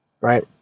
Right